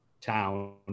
town